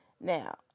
Now